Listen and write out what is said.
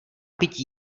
pití